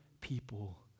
people